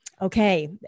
okay